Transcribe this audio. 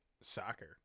soccer